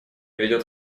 ведет